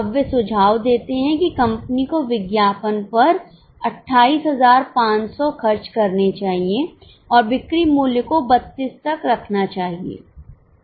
अब वे सुझाव देते हैं कि कंपनी को विज्ञापन पर 28500 खर्च करने चाहिए और बिक्री मूल्य को 32 तक रखना चाहिए